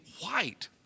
white